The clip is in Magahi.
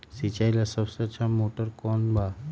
सिंचाई ला सबसे अच्छा मोटर कौन बा?